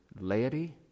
laity